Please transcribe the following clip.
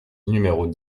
numéros